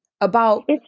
about-